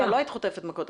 לא היית חוטפת מכות.